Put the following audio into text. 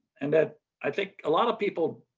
and that i think a lot of people